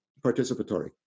participatory